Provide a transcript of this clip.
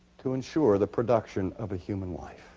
to ensure the production of a human life.